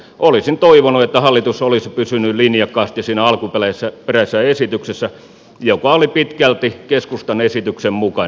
olisin toivonut että hallitus olisi pysynyt linjakkaasti siinä alkuperäisessä esityksessä joka oli pitkälti keskustan esityksen mukainen